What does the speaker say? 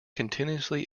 continuously